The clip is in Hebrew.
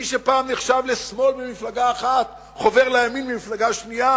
מי שפעם נחשב לשמאל במפלגה אחת חובר לימין במפלגה שנייה